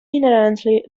inherently